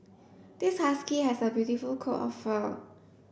this husky has a beautiful coat of fur